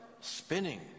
spinning